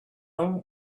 own